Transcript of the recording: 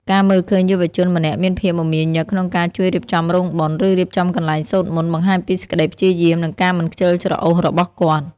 ការមើលឃើញយុវជនម្នាក់មានភាពមមាញឹកក្នុងការជួយរៀបចំរោងបុណ្យ ឬរៀបចំកន្លែងសូត្រមន្ត បង្ហាញពីសេចក្ដីព្យាយាម និងការមិនខ្ជិលច្រអូសរបស់គាត់។